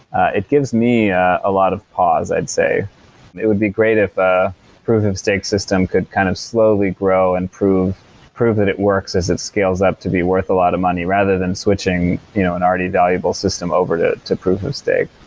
it gives me ah a lot of pause i'd say it would be great if ah proof of stake system could kind of slowly grow and prove prove that it works as it scales up to be worth a lot of money, rather than switching you know an already valuable system over to to proof of stake